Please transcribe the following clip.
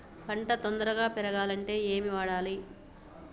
పంట తొందరగా పెరగాలంటే ఏమి వాడాలి?